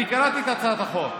אני קראתי את הצעת החוק.